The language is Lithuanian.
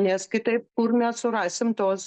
nes kitaip kur mes surasim tuos